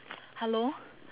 hello